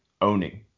owning